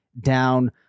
down